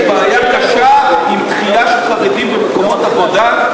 יש בעיה קשה עם דחייה של חרדים במקומות עבודה,